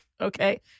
okay